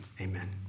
amen